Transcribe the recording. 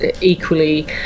equally